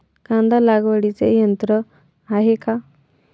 कांदा लागवडीचे यंत्र आहे का?